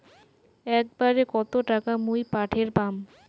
একবারে কত টাকা মুই পাঠের পাম?